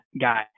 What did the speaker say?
guy